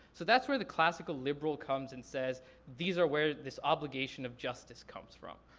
so that's where the classical, liberal comes and says these are where this obligation of justice comes from.